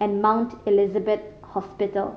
and Mount Elizabeth Hospital